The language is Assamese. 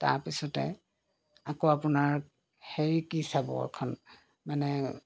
তাৰপিছতে আকৌ আপোনাৰ হেৰি কি চাব এখন মানে